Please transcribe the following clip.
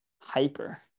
hyper